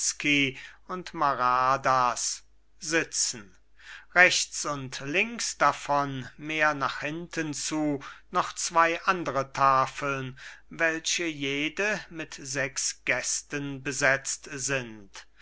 und maradas sitzen rechts und links davon mehr nach hinten zu noch zwei andere tafeln welche jede mit sechs gästen besetzt sind